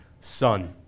Son